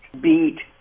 beat